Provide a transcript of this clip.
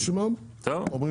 טוב.